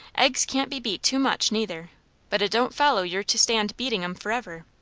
eggs can't be beat too much, neither but it don't follow you're to stand beating em for ever.